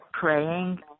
praying